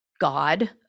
God